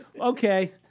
Okay